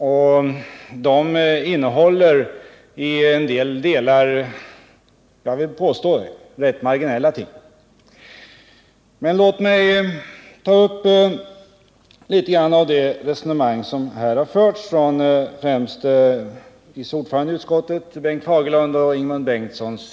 Jag tillåter mig att påstå att de till en del innehåller ganska marginella synpunkter. Men låt mig ta upp en del av de resonemang som här har förts av vice ordföranden i utskottet, Bengt Fagerlund, och Ingemund Bengtsson.